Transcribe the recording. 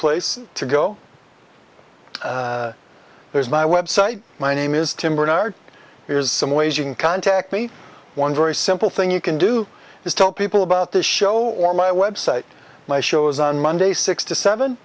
place to go there's my website my name is tim bernard here's some ways you can contact me one very simple thing you can do is tell people about this show or my website my shows on monday six to seven